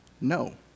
no